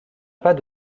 pas